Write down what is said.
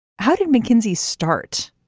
how did mckinsey start?